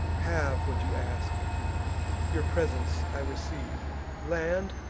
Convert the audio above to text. have what you ask your presents i receive land,